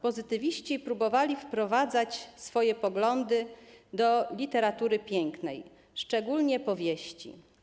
Pozytywiści próbowali wprowadzać swoje poglądy do literatury pięknej, szczególnie powieści.